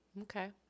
okay